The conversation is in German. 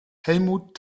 helmut